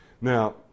now